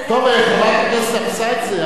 חברת הכנסת אבסדזה,